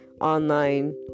online